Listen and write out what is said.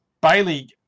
Bailey